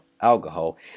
alcohol